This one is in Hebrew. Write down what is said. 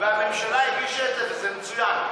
הממשלה הגישה את זה וזה מצוין,